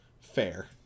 Fair